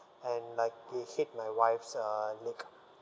and like it hit my wife's uh leg